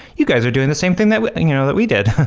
you guys are doing the same thing that we you know that we did,